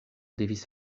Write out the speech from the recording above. devis